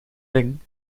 ring